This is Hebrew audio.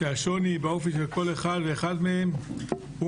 והשוני שבין כל אחד ואחד מהם הוא